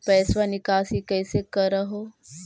पैसवा निकासी कैसे कर हो?